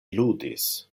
ludis